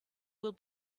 will